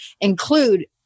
include